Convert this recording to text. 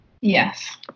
Yes